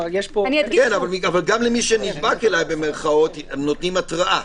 אבל גם למי שנדבק אליי, במירכאות, נותנים התראה.